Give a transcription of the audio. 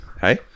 hey